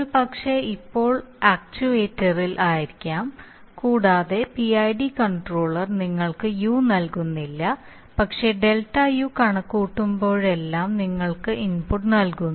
ഒരുപക്ഷേ ഇപ്പോൾ ആക്ച്യുവേറ്ററിൽ ആയിരിക്കാം കൂടാതെ PID കൺട്രോളർ നിങ്ങൾക്ക് u നൽകുന്നില്ല പക്ഷേ ΔU കണക്കുകൂട്ടുമ്പോഴെല്ലാം നിങ്ങൾക്ക് ഇൻപുട്ട് നൽകുന്നു